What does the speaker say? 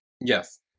Yes